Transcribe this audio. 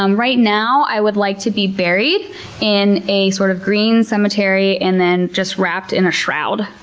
um right now i would like to be buried in a sort of green cemetery and then just wrapped in a shroud.